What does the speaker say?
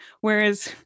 Whereas-